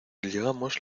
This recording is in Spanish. llegamos